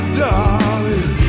darling